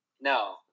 No